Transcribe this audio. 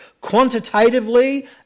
quantitatively